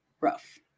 rough